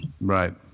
Right